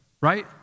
right